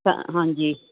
ਤਾਂ ਹਾਂਜੀ